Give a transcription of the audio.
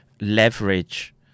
leverage